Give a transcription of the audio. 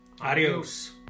Adios